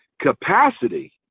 Capacity